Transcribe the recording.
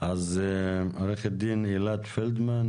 אז עו"ד אילת פלדמן,